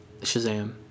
Shazam